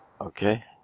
Okay